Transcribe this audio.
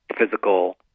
physical